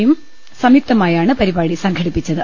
യും സംയുക്തമായാണ് പരി പാടി സംഘടിപ്പിച്ചത്